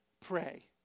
pray